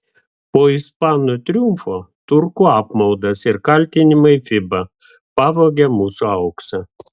po ispanų triumfo turkų apmaudas ir kaltinimai fiba pavogė mūsų auksą